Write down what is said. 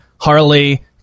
Harley